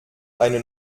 eine